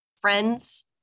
friends